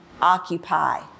occupy